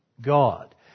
God